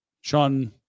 Sean